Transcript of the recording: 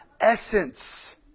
essence